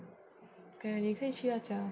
okay 你可以去他家